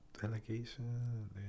Delegation